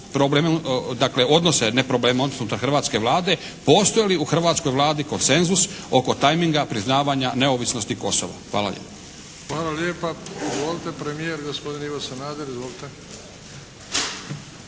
odnose, ne probleme odnose unutar hrvatske Vlade. Postoje li u hrvatskoj Vladi konsenzus oko tajminga priznavanja neovisnosti Kosova. Hvala lijepo.